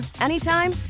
anytime